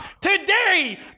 Today